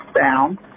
down